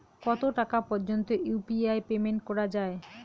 কত টাকা পর্যন্ত ইউ.পি.আই পেমেন্ট করা যায়?